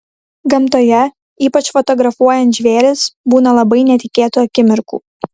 gamtoje ypač fotografuojant žvėris būna labai netikėtų akimirkų